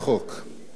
מי הרב?